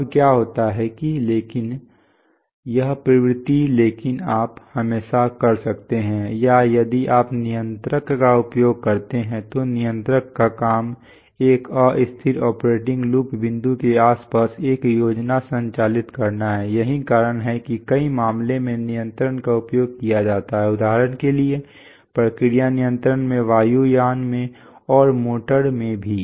अब क्या होता है कि लेकिन यह प्रवृत्ति लेकिन आप हमेशा कर सकते हैं या यदि आप नियंत्रक का उपयोग करते हैं तो नियंत्रक का काम एक अस्थिर ऑपरेटिंग लूप बिंदुओं के आसपास एक योजना संचालित करना है यही कारण है कि कई मामलों में नियंत्रण का उपयोग किया जाता है उदाहरण के लिए प्रक्रिया नियंत्रण में वायुयानों में और मोटर में भी